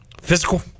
physical